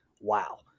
wow